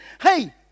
hey